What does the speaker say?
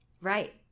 Right